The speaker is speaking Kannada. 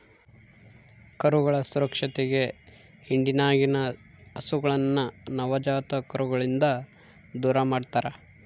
ಕರುಗಳ ಸುರಕ್ಷತೆಗೆ ಹಿಂಡಿನಗಿನ ಹಸುಗಳನ್ನ ನವಜಾತ ಕರುಗಳಿಂದ ದೂರಮಾಡ್ತರಾ